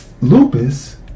Lupus